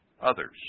others